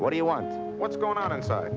what do you want what's going on inside